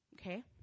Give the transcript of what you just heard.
okay